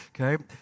Okay